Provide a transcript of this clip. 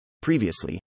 Previously